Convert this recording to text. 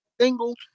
single